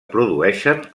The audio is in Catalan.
produeixen